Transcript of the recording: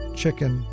chicken